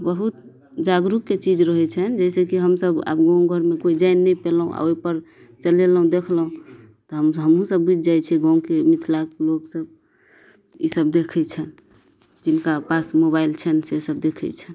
बहुत जागरूकके चीज रहै छै जाहि सऽ कि हमसब आब गाँव घरमे कोइ जानि नहि पेलहुॅं आ ओहिपर चलेलहुॅं देखलहुॅं तऽ हमहुँ सभ बुझि जाइ छै गाँवके मिथिलाक लोक सभ ई सभ देखै छनि जिनका पास मोबाइल छनि से सभ देखै छनि